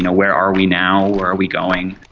and where are we now, where are we going.